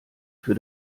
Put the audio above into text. für